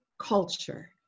culture